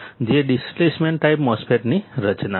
જે depletion type MOSFET ની રચના કરે છે